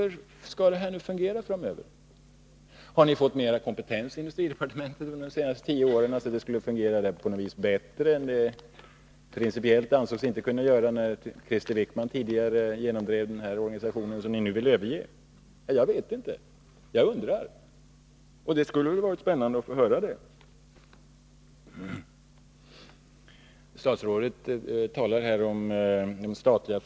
Hur skall det hela nu fungera framöver? Har ni fått mer kompetens inom industridepartementet under de senaste tio åren, så att det kan fungera bättre än det principiellt ansågs kunna göra när Krister Wickman tidigare genomdrev den organisation som ni nu vill överge? Jag vet inte — jag undrar. Och det skulle ha varit spännande att få höra någonting om detta.